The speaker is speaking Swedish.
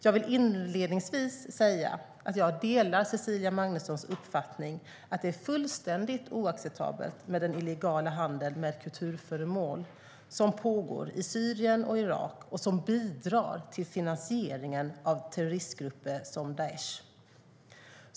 Jag vill inledningsvis säga att jag delar Cecilia Magnussons uppfattning att det är fullständigt oacceptabelt med den illegala handel med kulturföremål som pågår i Syrien och Irak och som bidrar till finansieringen av terroristgrupper som Daish.